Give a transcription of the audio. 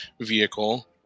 vehicle